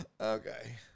Okay